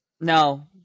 No